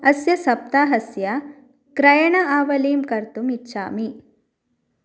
अस्य सप्ताहस्य क्रयणस्य अवलीं कर्तुम् इच्छामि